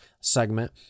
segment